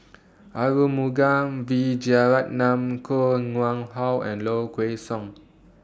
Arumugam Vijiaratnam Koh Nguang How and Low Kway Song